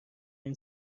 این